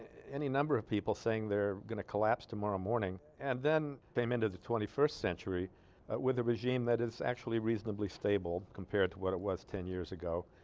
any number of people saying they're gonna collapse tomorrow morning and then came into the twenty-first century with the regime that is actually reasonably stable compared to what it was ten years ago